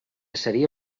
seria